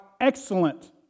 excellent